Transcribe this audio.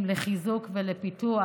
נוספים לחיזוק ולפיתוח